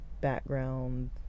background